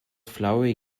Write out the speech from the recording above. flowery